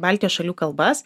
baltijos šalių kalbas